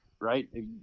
right